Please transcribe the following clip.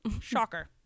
Shocker